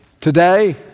Today